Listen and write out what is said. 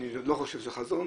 אני לא חושב שזה חזון,